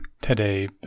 today